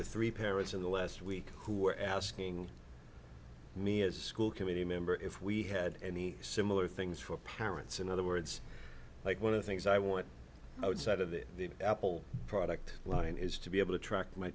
to three parents in the last week who were asking me as a school committee member if we had any similar things for parents in other words like one of the things i want outside of the apple product line is to be able to track my